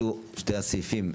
אלו שני הסעיפים,